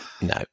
No